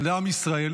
לעם ישראל,